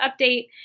update